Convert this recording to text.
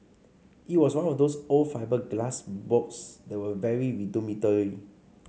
it was one of those old fibreglass boats that were very rudimentary